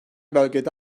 bölgede